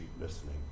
listening